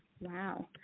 Wow